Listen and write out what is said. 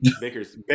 Baker's